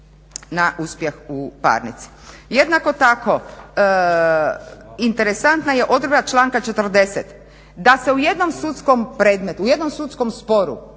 na uspjeh u parnici." Jednako tako interesantna je odredba članka 40. da se u jednom sudskom predmetu, u jednom sudskom sporu